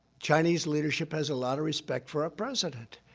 chinese leadership has a lot of respect for our president,